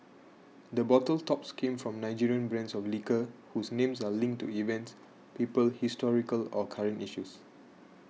the bottle tops came from Nigerian brands of liquor whose names are linked to events people historical or current issues